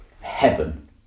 Heaven